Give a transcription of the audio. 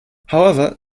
however